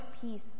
peace